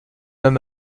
homme